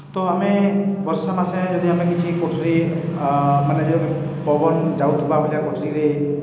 ତ ଆମେ ବର୍ଷା ମାସେ ଯଦି ଆମେ କିଛି କୋଠ୍ରି ମାନେ ଯୋଉ ପବନ ଯାଉଥିବା ବେଲେ କୋଠରିରେ